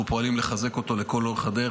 אנחנו פועלים לחזק אותו לכל אורך הדרך,